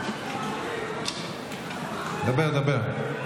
דבר, דבר.